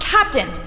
Captain